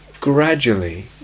gradually